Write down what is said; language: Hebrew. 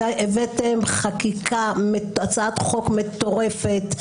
הבאתם הצעת חוק מטורפת.